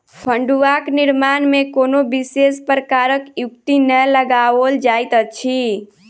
फड़ुआक निर्माण मे कोनो विशेष प्रकारक युक्ति नै लगाओल जाइत अछि